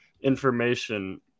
information